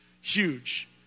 huge